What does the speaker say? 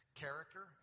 character